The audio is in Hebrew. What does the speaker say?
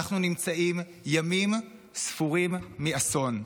אנחנו נמצאים ימים ספורים מאסון,